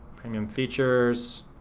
premium features.